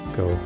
go